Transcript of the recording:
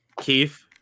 Keith